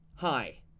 Hi